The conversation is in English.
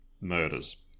murders